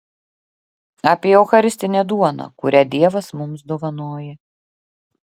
apie eucharistinę duoną kurią dievas mums dovanoja